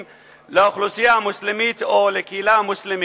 לאוכלוסייה המוסלמית או לקהילה המוסלמית.